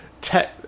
Tech